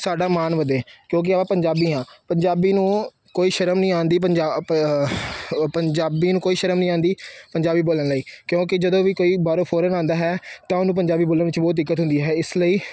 ਸਾਡਾ ਮਾਣ ਵਧੇ ਕਿਉਂਕਿ ਆਪਾਂ ਪੰਜਾਬੀ ਹਾਂ ਪੰਜਾਬੀ ਨੂੰ ਕੋਈ ਸ਼ਰਮ ਨਹੀਂ ਆਉਂਦੀ ਪੰਜਾ ਪ ਪੰਜਾਬੀ ਨੂੰ ਕੋਈ ਸ਼ਰਮ ਨਹੀਂ ਆਉਂਦੀ ਪੰਜਾਬੀ ਬੋਲਣ ਲਈ ਕਿਉਂਕਿ ਜਦੋਂ ਵੀ ਕੋਈ ਬਾਹਰੋਂ ਫੋਰਨ ਆਉਂਦਾ ਹੈ ਤਾਂ ਉਹਨੂੰ ਪੰਜਾਬੀ ਬੋਲਣ ਵਿੱਚ ਬਹੁਤ ਦਿੱਕਤ ਹੁੰਦੀ ਹੈ ਇਸ ਲਈ